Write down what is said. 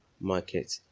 market